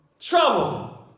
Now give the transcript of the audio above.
trouble